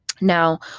Now